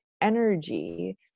energy